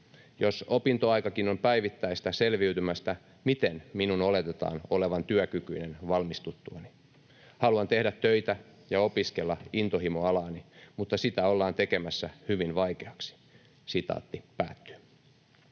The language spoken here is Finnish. Jos opintoaikakin on päivittäistä selviytymistä, miten minun oletetaan olevan työkykyinen valmistuttuani? Haluan tehdä töitä ja opiskella intohimoalaani, mutta sitä ollaan tekemässä hyvin vaikeaksi.” ”Joudun